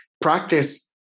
practice